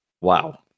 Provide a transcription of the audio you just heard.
Wow